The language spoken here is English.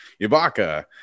Ibaka